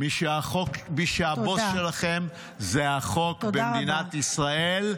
הבוס שלכם זה החוק במדינת ישראל.